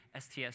STS